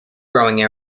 growing